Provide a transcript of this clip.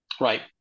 Right